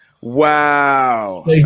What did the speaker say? Wow